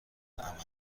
عملی